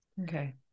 okay